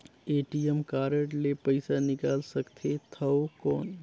ATM card ले पइसा निकाल सकथे थव कौन?